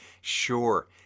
Sure